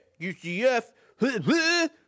UCF